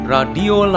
Radio